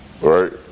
right